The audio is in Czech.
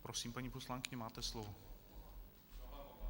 Prosím, paní poslankyně, máte slovo.